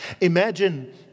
Imagine